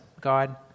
God